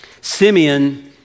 Simeon